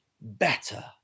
better